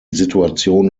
situation